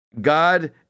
God